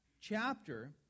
chapter